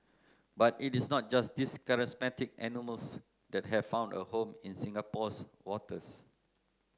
but it is not just these charismatic animals that have found a home in Singapore's waters